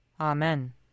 Amen